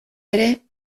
ere